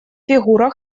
фигура